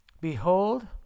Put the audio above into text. Behold